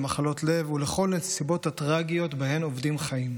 למחלות לב ולכל הנסיבות הטרגיות שבהן אובדים חיים.